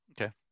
Okay